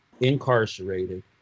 incarcerated